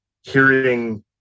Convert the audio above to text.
hearing